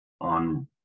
on